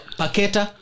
paketa